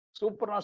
super